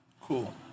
Cool